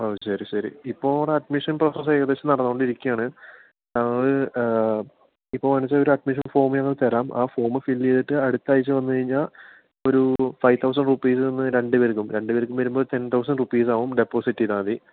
ഓ ശരി ശരി ഇപ്പോൾ അവിടെ അഡ്മിഷൻ പ്രോസസ്സ് ഏകദേശം നടന്നുകൊണ്ടിരിക്കുകയാണ് ഇപ്പോൾ വേണമെന്നു വച്ചാൽ ഒരു അഡ്മിഷൻ ഫോം ഞങ്ങൾ തരാം ആ ഫോമ് ഫില്ല് ചെയ്തിട്ട് അടുത്താഴ്ച വന്നു കഴിഞ്ഞാൽ ഒരു ഫൈവ് തൗസൻ്റ് റുപ്പീസ് തന്ന് രണ്ട് പേർക്കും രണ്ട് പേർക്കും വരുമ്പം ടെൻ തൗസൻ്റ് റുപ്പീസാവും ഡെപ്പോസിറ്റ് ചെയ്താൽ മതി